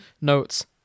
Notes